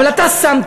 אבל אתה שמת,